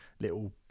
little